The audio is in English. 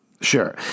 Sure